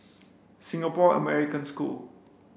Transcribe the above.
Singapore American School